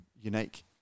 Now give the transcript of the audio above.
unique